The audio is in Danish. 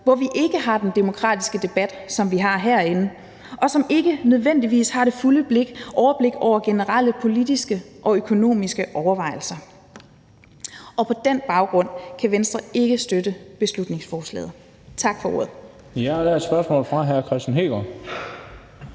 hvor vi ikke har den demokratiske debat, som vi har herinde, og som ikke nødvendigvis har det fulde overblik over generelle politiske og økonomiske overvejelser. På den baggrund kan Venstre ikke støtte beslutningsforslaget. Tak for ordet. Kl. 10:59 Den fg. formand (Bent Bøgsted):